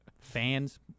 fans